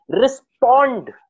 respond